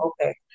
okay